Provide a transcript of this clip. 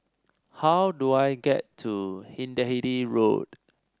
how do I get to Hindhede Road